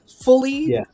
fully